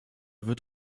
wird